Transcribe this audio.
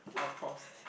our profs